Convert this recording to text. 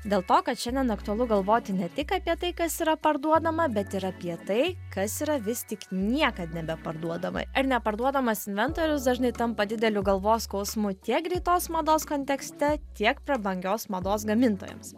dėl to kad šiandien aktualu galvoti ne tik apie tai kas yra parduodama bet ir apie tai kas yra vis tik niekad nebeparduodama ar neparduodamas inventorius dažnai tampa dideliu galvos skausmu tiek greitos mados kontekste tiek prabangios mados gamintojams